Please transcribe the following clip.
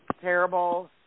terrible